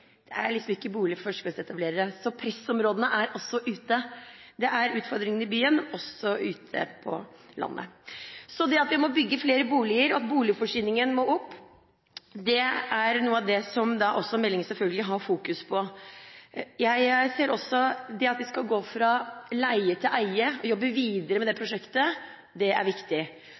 Det er liksom ikke bolig for førstegangsetablerere. Pressområder er det også utenfor byene. Det er utfordringer i byene, men også ute på landet. At vi må bygge flere boliger, og at boligforsyningen må opp, er noe av det meldingen selvfølgelig har fokus på. Jeg ser også at å jobbe videre med leie-til-eie-prosjektet er viktig.